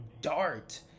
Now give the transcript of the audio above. dart